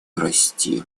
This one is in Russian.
расти